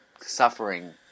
suffering